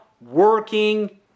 working